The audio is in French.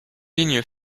ligne